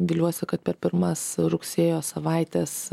viliuosi kad per pirmas rugsėjo savaites